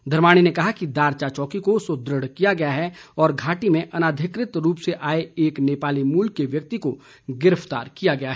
धर्माणी ने कहा कि दारचा चौकी को सुदृढ़ किया गया है और घाटी में अनाधिकृत रूप से आए एक नेपाली मूल के व्यक्ति को गिरफ्तार किया गया है